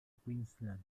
queensland